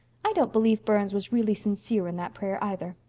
i don't believe burns was really sincere in that prayer, either.